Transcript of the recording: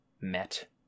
met